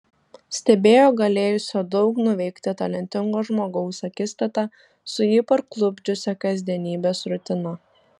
stebėjo galėjusio daug nuveikti talentingo žmogaus akistatą su jį parklupdžiusia kasdienybės rutina